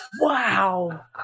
Wow